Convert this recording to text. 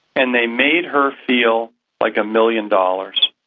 and they made her feel like a million dollars.